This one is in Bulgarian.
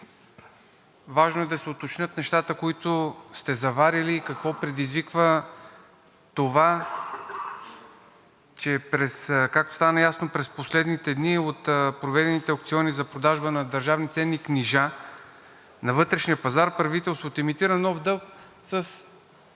важно е да се уточнят нещата, които сте заварили, и какво предизвиква това, че както стана ясно през последните дни от проведените аукциони за продажба на държавни ценни книжа на вътрешния пазар, правителството емитира нов дълг със